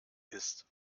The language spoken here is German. ist